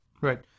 Right